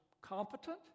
competent